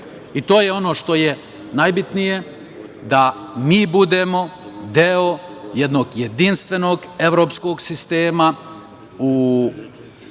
je ono što je najbitnije, da mi budemo deo jednog jedinstvenog evropskog sistema u